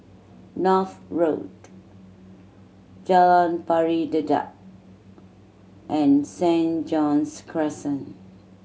North Road Jalan Pari Dedap and Saint John's Crescent